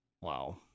Wow